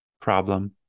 problem